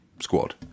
squad